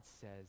says